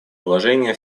положение